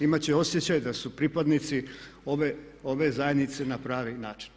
Imat će osjećaj da su pripadnici ove zajednice na pravi način.